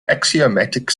axiomatic